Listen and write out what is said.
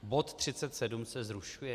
Bod 37 se zrušuje?